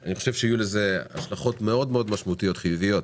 אני חושב שיהיו לזה השלכות מאוד משמעותיות וחיוביות